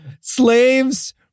slaves